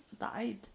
died